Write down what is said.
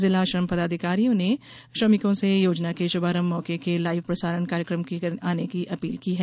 जिला श्रम पदाधिकारी ने श्रमिको से योजना के शुभारंभ मौके के लाईव प्रसारण कार्यक्रम आने की अपील की गई है